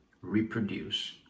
reproduce